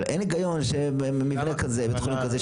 אבל אין הגיון שמבנה כזה ותכנון כזה,